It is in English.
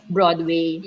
Broadway